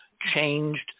changed